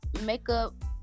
makeup